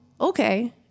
okay